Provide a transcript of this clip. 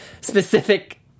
specific